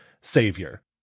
savior